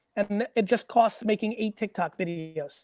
and it just costs making a tik tok video. so